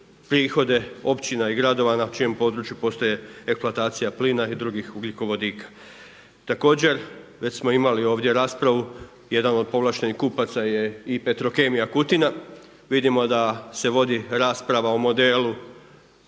prihode općina i gradova na čijem području postoje eksploatacija plina i drugih ugljikovodika. Također već smo imali ovdje raspravu jedan od povlaštenih kupaca je i Petrokemija Kutina. Vidimo da se vodi rasprava o modelu